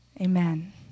Amen